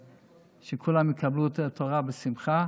שכולם יקבלו את התורה בשמחה.